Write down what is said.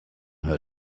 her